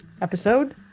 episode